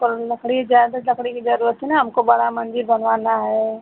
तो लकड़ी ज्यादा लकड़ी की ज़रूरत है ना हमको बड़ा मंदिर बनवाना है